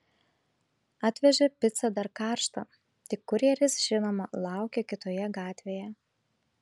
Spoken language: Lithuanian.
atvežė picą dar karštą tik kurjeris žinoma laukė kitoje gatvėje